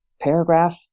paragraph